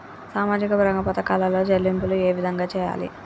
సామాజిక రంగ పథకాలలో చెల్లింపులు ఏ విధంగా చేయాలి?